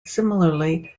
similarly